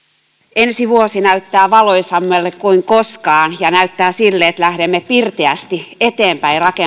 ensi vuosi näyttää valoisammalta kuin koskaan ja näyttää siltä että lähdemme pirteästi eteenpäin